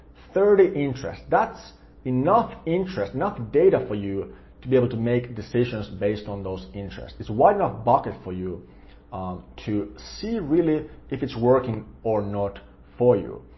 thirty interests, that's enough interests, enough data for you to be able to make decisions based on those interests. it's a wide enough bucket for you to see really if it's working or not for you.